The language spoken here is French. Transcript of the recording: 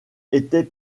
était